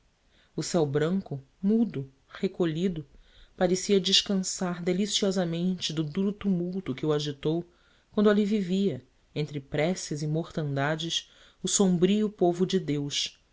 o céu branco mudo recolhido parecia descansar deliciosamente do duro tumulto que o agitou quando ali vivia entre preces e mortandades o sombrio povo de deus